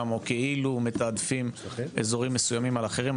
או כאילו מתעדפים אזורים מסוימים על אחרים.